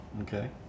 Okay